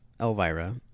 elvira